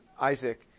Isaac